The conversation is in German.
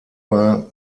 wahr